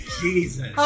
Jesus